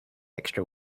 extra